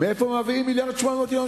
מאיפה מביאים 1.7 מיליארד שקל,